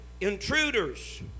intruders